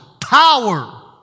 power